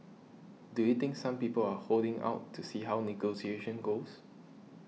do you think some people are holding out to see how negotiations goes